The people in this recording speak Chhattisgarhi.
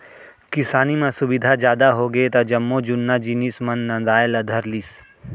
किसानी म सुबिधा जादा होगे त जम्मो जुन्ना जिनिस मन नंदाय ला धर लिस